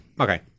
Okay